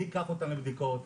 מי ייקח אותם לבדיקות?